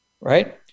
Right